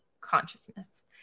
consciousness